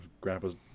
grandpa's